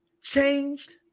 changed